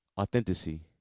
Authenticity